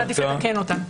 ועדיף לתקן אותן.